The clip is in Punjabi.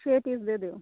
ਛੇ ਪੀਸ ਦੇ ਦਿਓ